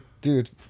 dude